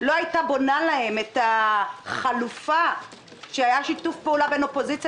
לא היתה בונה להם את החלופה כשהיה שיתוף פעולה בין אופוזיציה